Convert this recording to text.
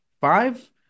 Five